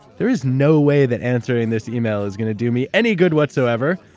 there is no way that answering this email is going to do me any good whatsoever,